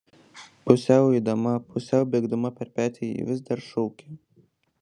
pusiau eidama pusiau bėgdama per petį ji vis dar šaukė